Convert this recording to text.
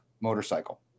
motorcycle